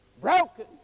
broken